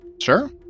Sure